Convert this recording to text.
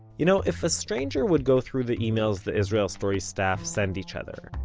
you know, if a stranger would go through the emails the israel story staff send each other,